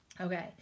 Okay